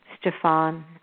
Stefan